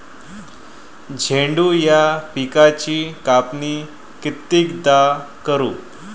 झेंडू या पिकाची कापनी कितीदा करू?